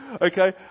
okay